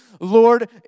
Lord